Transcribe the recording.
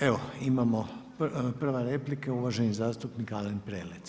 Evo imamo, prva replika uvaženi zastupnik Alen Prelec.